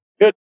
good